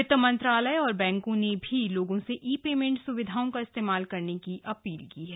वित्त मंत्रालय और बैंकों ने भी लोगों से ई पेमेंट स्विधाओं का इस्तेमाल करने की अपील की है